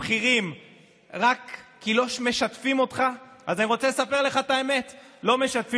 כאילו לא קרה